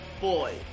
Boy